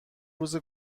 روز